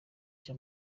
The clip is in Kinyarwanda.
cya